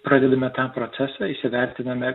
pradedame tą procesą įsivertiname